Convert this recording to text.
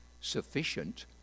sufficient